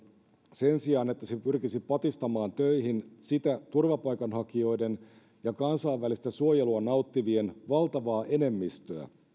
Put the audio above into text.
sen sijaan että se pyrkisi patistamaan töihin sitä turvapaikanhakijoiden ja kansainvälistä suojelua nauttivien valtavaa enemmistöä